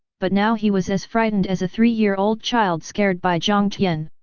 but now he was as frightened as a three year old child scared by jiang tian.